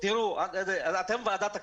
תראו, אתם ועדת הכלכלה.